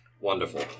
Wonderful